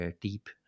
deep